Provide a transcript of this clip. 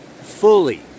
fully